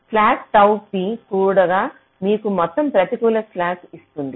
slack టౌ పి కూడగా మీకు మొత్తం ప్రతికూల స్లాక్ ఇస్తుంది